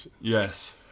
Yes